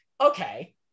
okay